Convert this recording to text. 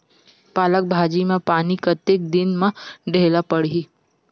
पालक भाजी म पानी कतेक दिन म देला पढ़ही?